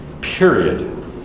Period